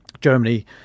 Germany